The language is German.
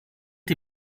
die